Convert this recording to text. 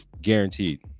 Guaranteed